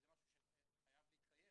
דבר שמבחינתנו צריך להתקיים